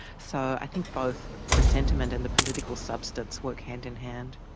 so i think both the sentiment and the political substance work hand-in-hand.